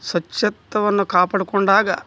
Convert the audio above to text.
ಸ್ವಚ್ಛತ್ತವನ್ನು ಕಾಪಾಡಿಕೊಂಡಾಗ